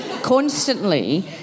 constantly